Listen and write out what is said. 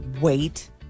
wait